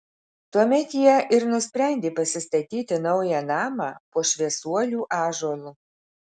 tuomet jie ir nusprendė pasistatyti naują namą po šviesuolių ąžuolu